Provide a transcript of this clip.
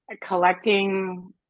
collecting